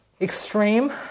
extreme